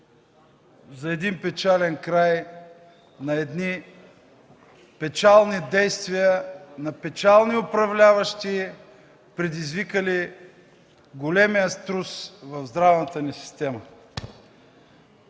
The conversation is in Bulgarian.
за един печален край на едни печални действия, на печални управляващи, предизвикали големия трус в здравната ни система.